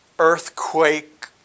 Earthquake